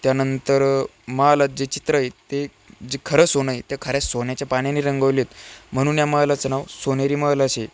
त्यानंतर महालात जे चित्रं आहेत ते जी खरं सोनं आहे त्या खऱ्या सोन्याच्या पाण्याने रंगवलेत म्हणून या महालाचं नाव सोनेरी महाल असे आहे